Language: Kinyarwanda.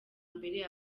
mbere